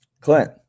Clint